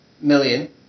million